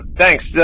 thanks